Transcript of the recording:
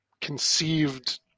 conceived